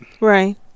Right